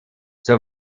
zur